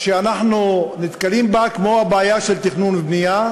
שאנחנו נתקלים בה, כמו הבעיה של תכנון ובנייה,